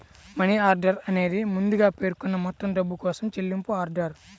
money order అనేది ముందుగా పేర్కొన్న మొత్తం డబ్బు కోసం చెల్లింపు ఆర్డర్